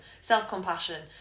self-compassion